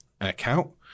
account